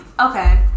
Okay